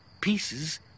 pieces